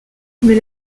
mais